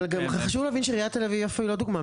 אבל גם חשוב להבין שעיריית תל אביב יפו היא לא דוגמא,